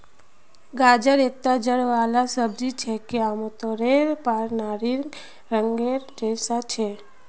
गाजर एकता जड़ वाला सब्जी छिके, आमतौरेर पर नारंगी रंगेर जैसा ह छेक